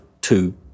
two